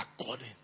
according